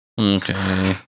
Okay